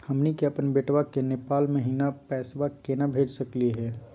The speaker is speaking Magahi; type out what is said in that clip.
हमनी के अपन बेटवा क नेपाल महिना पैसवा केना भेज सकली हे?